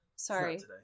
Sorry